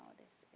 this